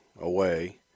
away